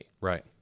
Right